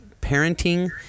parenting